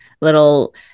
Little